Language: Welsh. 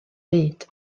byd